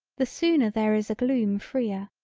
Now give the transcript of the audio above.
the sooner there is a gloom freer,